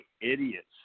idiots